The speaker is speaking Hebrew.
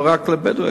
לא רק לבדואים,